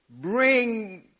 bring